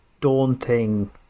daunting